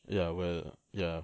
ya well ya